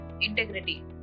integrity